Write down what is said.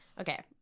okay